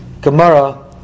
Gemara